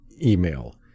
Email